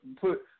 put